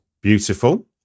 Beautiful